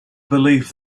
believe